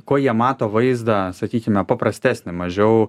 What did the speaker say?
kuo jie mato vaizdą sakykime paprastesnį mažiau